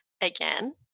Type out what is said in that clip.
again